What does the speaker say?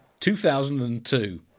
2002